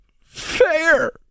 fair